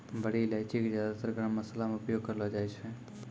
बड़ी इलायची कॅ ज्यादातर गरम मशाला मॅ उपयोग करलो जाय छै